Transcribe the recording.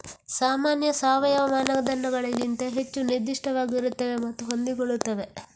ಸಾಮಾನ್ಯ ಸಾವಯವ ಮಾನದಂಡಗಳಿಗಿಂತ ಹೆಚ್ಚು ನಿರ್ದಿಷ್ಟವಾಗಿರುತ್ತವೆ ಮತ್ತು ಹೊಂದಿಕೊಳ್ಳುತ್ತವೆ